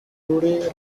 rudy